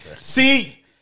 See